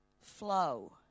flow